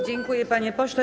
Dziękuję, panie pośle.